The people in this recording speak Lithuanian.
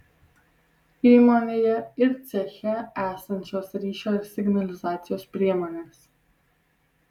įmonėje ir ceche esančios ryšio ir signalizacijos priemonės